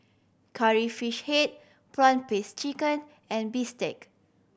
Curry Fish Head prawn paste chicken and bistake